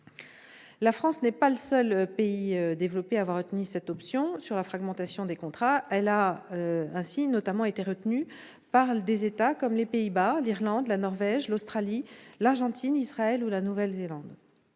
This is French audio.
La France n'est pas le seul pays développé à avoir retenu cette option sur la fragmentation des contrats : des États comme les Pays-Bas, l'Irlande, la Norvège, l'Australie, l'Argentine, Israël ou la Nouvelle-Zélande